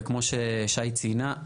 וכמו ששי ציינה,